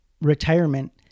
retirement